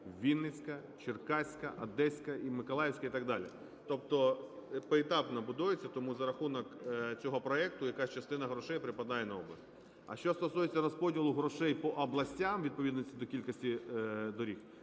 Вінницька, Черкаська, Одеська і Миколаївська і так далі. Тобто поетапно будується, тому за рахунок цього проекту якась частина грошей припадає на область. А що стосується розподілу грошей по областям у відповідності до кількості доріг,